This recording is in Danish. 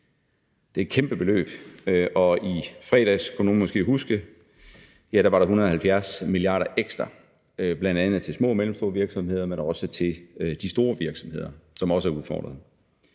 Det er et kæmpe beløb. Og i fredags, som nogle måske kan huske, var der 170 mia. kr. ekstra, der blev givet til bl.a. små og mellemstore virksomheder, men også til de store virksomheder, som også er udfordrede.